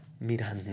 Miranda